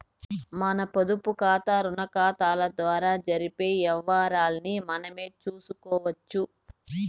మన పొదుపుకాతా, రుణాకతాల ద్వారా జరిపే యవ్వారాల్ని మనమే సూసుకోవచ్చు